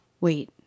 Wait